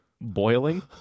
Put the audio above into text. boiling